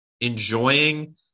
enjoying